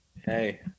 Hey